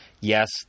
yes